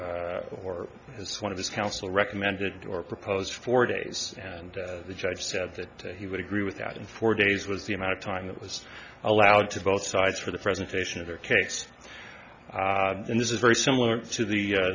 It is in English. as one of his counsel recommended or proposed four days and the judge said that he would agree with that in four days was the amount of time that was allowed to both sides for the presentation of their case and this is very similar to the